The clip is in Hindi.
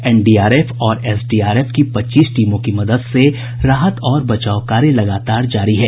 एनडीआरएफ और एसडीआरएफ की पच्चीस टीमों की मदद से राहत और बचाव कार्य लगातार जारी है